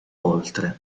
oltre